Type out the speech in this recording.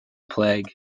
plague